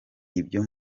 ibyo